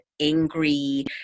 angry